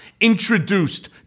introduced